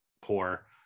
poor